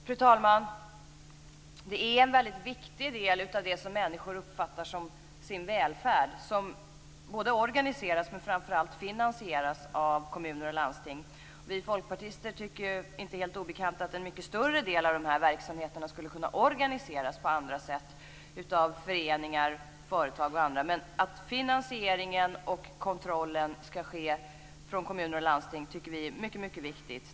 Fru talman! En väldigt viktig del av det som människor uppfattar som sin välfärd både organiseras och, framför allt, finansieras av kommuner och landsting. Vi folkpartister tycker, inte helt obekant, att en mycket större del av de här verksamheterna skulle kunna organiseras på andra sätt av föreningar, företag och andra. Men finansieringen och kontrollen skall ske från kommuner och landsting. Det tycker vi är mycket viktigt.